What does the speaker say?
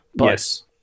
Yes